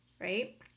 right